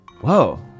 Whoa